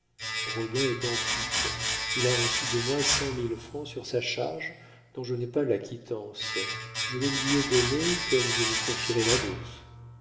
francs roguin est en fuite il a reçu de moi cent mille francs sur sa charge dont je n'ai pas la quittance je les lui ai donnés comme je vous confierais ma bourse